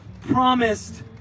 promised